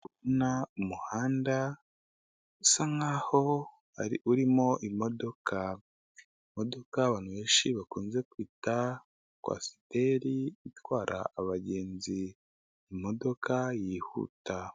Umuhanda usa nk'aho ari urimo imodoka, imodoka abantu benshi bakunze kwita kwasiteri asiteri itwara abagenzi imodoka yihuta.